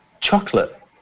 Chocolate